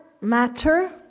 matter